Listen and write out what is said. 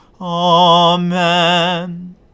Amen